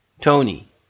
Tony